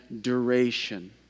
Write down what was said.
duration